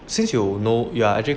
since you know you are actually